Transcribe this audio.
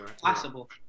possible